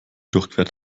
durchquert